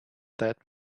that